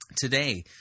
today